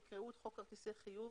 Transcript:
יקראו את חוק כרטיסי חיוב,